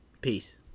Peace